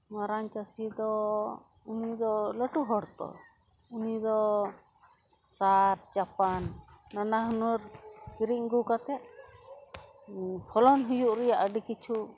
ᱟᱨ ᱢᱟᱨᱟᱝ ᱪᱟᱹᱥᱤ ᱫᱚ ᱩᱱᱤ ᱫᱚ ᱞᱟᱹᱴᱩ ᱦᱚᱲ ᱛᱚ ᱩᱱᱤ ᱫᱚ ᱥᱟᱨ ᱪᱟᱯᱟᱱ ᱱᱟᱱᱟᱦᱩᱱᱟᱹᱨ ᱠᱤᱨᱤᱧ ᱟᱹᱜᱩ ᱠᱟᱛᱮᱫ ᱯᱷᱚᱞᱚᱱ ᱦᱩᱭᱩᱜ ᱨᱮᱭᱟᱜ ᱟᱹᱰᱤ ᱠᱤᱪᱷᱩ